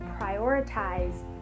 prioritize